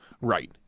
Right